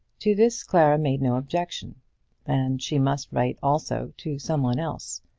to this clara made no objection and she must write also to some one else.